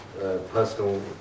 personal